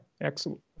excellent